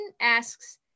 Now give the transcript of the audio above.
asks